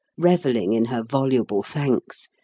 revelling in her voluble thanks,